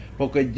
porque